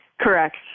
Correct